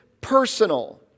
personal